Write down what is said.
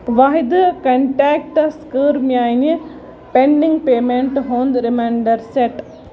واحِدٕ کنٹیکٹَس کٔر میٛانہِ پینٛڈِنٛگ پیمٮ۪نٹ ہُنٛد ریمانٛڈر سیٚٹ